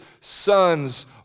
sons